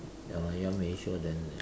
ya lah you want to make sure that